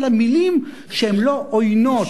אלא מלים שהם לא עוינות.